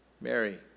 Mary